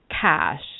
cash